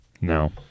No